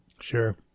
sure